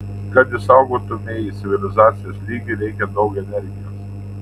kad išsaugotumei civilizacijos lygį reikia daug energijos